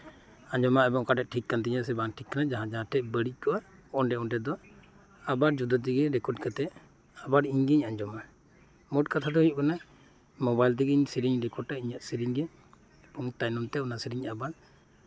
ᱟᱸᱡᱚᱢᱟ ᱮᱵᱚᱝ ᱚᱠᱟ ᱴᱷᱮᱱ ᱴᱷᱤᱠ ᱠᱟᱱ ᱛᱤᱧᱟ ᱥᱮ ᱵᱟᱝ ᱴᱷᱤᱠ ᱠᱟᱱᱟ ᱡᱟᱸᱦᱟ ᱡᱟᱸᱦᱟ ᱴᱷᱮᱱ ᱵᱟᱹᱲᱤᱡ ᱠᱚᱜᱼᱟ ᱚᱱᱰᱮ ᱚᱱᱰᱮ ᱫᱚ ᱟᱵᱟᱨ ᱡᱩᱫᱟᱹ ᱛᱮ ᱨᱮᱠᱚᱰ ᱠᱟᱛᱮᱜ ᱟᱵᱟᱨ ᱤᱧ ᱜᱤᱧ ᱟᱸᱡᱚᱢᱟ ᱢᱳᱴ ᱠᱟᱛᱷᱟ ᱫᱚ ᱦᱩᱭᱩᱜ ᱠᱟᱱᱟ ᱢᱳᱵᱟᱭᱤᱞ ᱛᱮᱜᱮᱧ ᱥᱮᱨᱮᱧ ᱨᱮᱠᱚᱰᱟ ᱤᱧᱟᱹᱜ ᱥᱮᱨᱮᱧ ᱜᱮ ᱛᱟᱭᱚᱢ ᱛᱮ ᱚᱱᱟ ᱥᱮᱨᱮᱧ ᱟᱵᱟᱨ